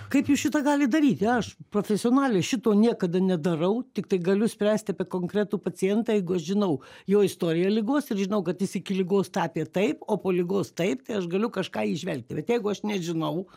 kaip jūs šitą galit daryti aš profesionaliai šito niekada nedarau tik tai galiu spręsti apie konkretų pacientą jeigu aš žinau jo istoriją ligos ir žinau kad jis iki ligos tapė taip o po ligos taip tai aš galiu kažką įžvelgti bet jeigu aš nežinau